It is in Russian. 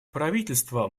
правительство